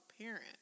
parent